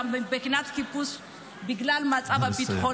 וזה לא פשוט מבחינת החיפוש גם בגלל המצב הביטחוני.